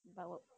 but 我